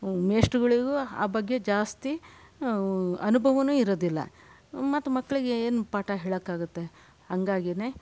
ಮೇಷ್ಟ್ರುಗಳಿಗೂ ಆ ಬಗ್ಗೆ ಜಾಸ್ತಿ ಅನುಭವನೂ ಇರೋದಿಲ್ಲ ಮತ್ ಮಕ್ಕಳಿಗೆ ಏನು ಪಾಠ ಹೇಳೋಕಾಗತ್ತೆ ಹಂಗಾಗೀನೇ